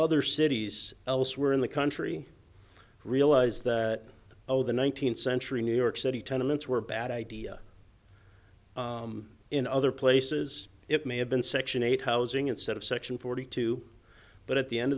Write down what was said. other cities elsewhere in the country realize that oh the one thousand century new york city tenements were a bad idea in other places it may have been section eight housing instead of section forty two but at the end